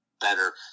better